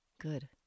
Good